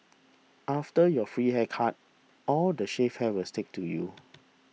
after your free haircut all the shaved hair will stick to you